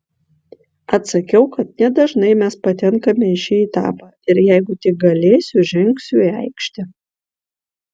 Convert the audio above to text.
atsakiau kad nedažnai mes patenkame į šį etapą ir jeigu tik galėsiu žengsiu į aikštę